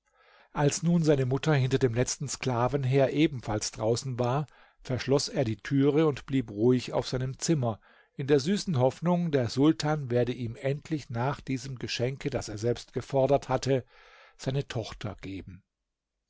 als nun seine mutter hinter dem letzten sklaven her ebenfalls draußen war verschloß er die türe und blieb ruhig auf seinem zimmer in der süßen hoffnung der sultan werde ihm endlich nach diesem geschenke das er selbst gefordert hatte seine tochter geben